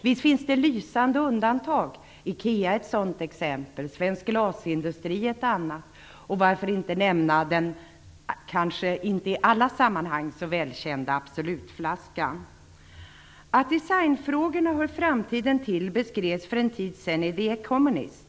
Visst finns det lysande undantag. Ikea är ett sådant exempel, svensk glasindustri ett annat. Och varför inte nämna den inte i alla sammanhang välkända Absolutflaskan. Att designfrågorna hör framtiden till beskrevs för en tid sedan i the Economist.